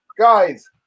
guys